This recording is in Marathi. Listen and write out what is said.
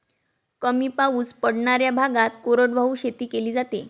कमी पाऊस पडणाऱ्या भागात कोरडवाहू शेती केली जाते